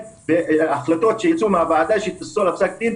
החלטות שייצאו מהוועדה שיתייחסו לפסק הדין.